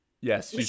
Yes